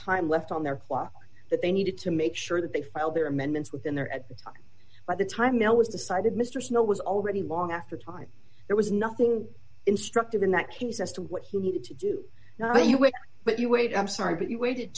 time left on their file that they needed to make sure that they file their amendments within their at the time by the time it was decided mr snow was already long after time there was nothing instructive in that case as to what he needed to do now you wish but you wait i'm sorry but you waited